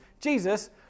jesus